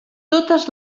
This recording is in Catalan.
totes